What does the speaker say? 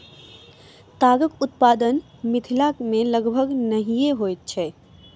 तागक उत्पादन मिथिला मे लगभग नहिये होइत अछि